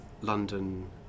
London